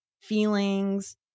feelings